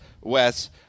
Wes